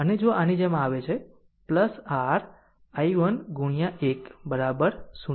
અને જો આની જેમ આવે છે r i1 1 0